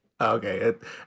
Okay